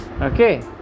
Okay